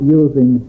using